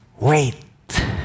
Wait